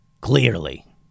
Clearly